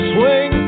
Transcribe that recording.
Swing